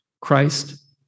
Christ